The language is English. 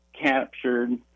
captured